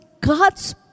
God's